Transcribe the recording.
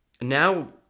now